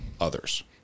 others